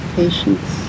patience